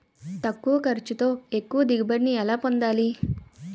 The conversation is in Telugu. తక్కువ ఖర్చుతో ఎక్కువ దిగుబడి ని ఎలా పొందాలీ?